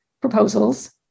proposals